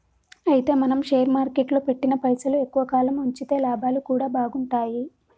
అయితే మనం షేర్ మార్కెట్లో పెట్టిన పైసలు ఎక్కువ కాలం ఉంచితే లాభాలు కూడా బాగుంటాయి